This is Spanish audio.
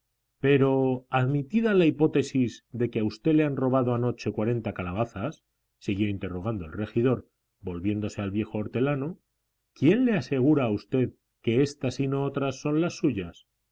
pero admitida la hipótesis de que a usted le han robado anoche cuarenta calabazas siguió interrogando el regidor volviéndose al viejo hortelano quién le asegura a usted que éstas y no otras son las suyas